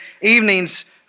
evenings